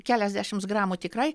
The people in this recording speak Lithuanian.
keliasdešimts gramų tikrai